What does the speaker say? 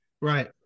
Right